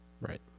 Right